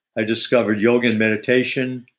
i discovered yoga and meditation.